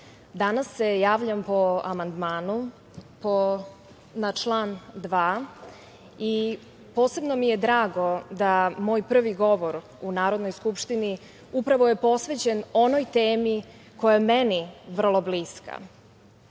danas se javljam po amandmanu na član 2. i posebno mi je drago da moj prvi govor u Narodnoj skupštini je upravo posvećen onoj temi koja je meni vrlo bliska,